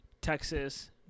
Texas